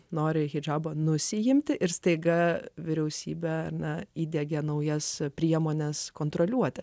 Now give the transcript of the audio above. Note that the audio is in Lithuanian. noriu hidžabą nusiimti ir staiga vyriausybę na įdiegė naujas priemones kontroliuoti